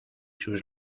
sus